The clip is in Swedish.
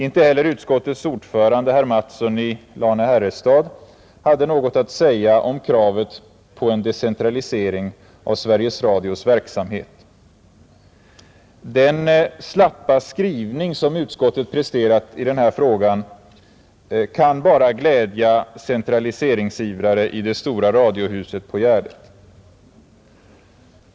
Inte heller utskottets ordförande, herr Mattsson i Lane-Herrestad, hade något att säga om kravet på en decentralisering av Sveriges Radios verksamhet. Den slappa skrivning som utskottet har presterat i den här frågan kan bara glädja centraliseringsivrare i det stora radiohuset på Gärdet.